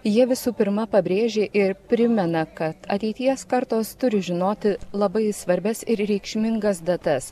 jie visų pirma pabrėžia ir primena kad ateities kartos turi žinoti labai svarbias ir reikšmingas datas